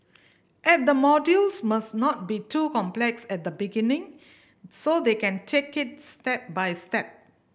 and the modules must not be too complex at the beginning so they can take it step by step